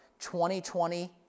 2020